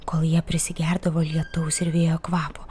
kol jie prisigerdavo lietaus ir vėjo kvapo